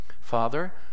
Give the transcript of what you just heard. Father